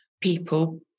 people